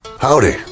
Howdy